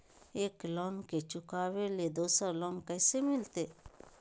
एक लोन के चुकाबे ले दोसर लोन कैसे मिलते?